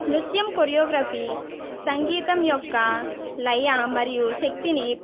నృత్యం కొరియోగ్రఫీ సంగీతం యొక్క లయ మరియు శక్తిని